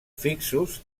fixos